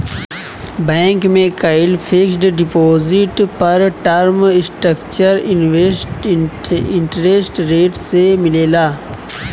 bank में कईल fixed deposit पर टर्म स्ट्रक्चर्ड इंटरेस्ट रेट से मिलेला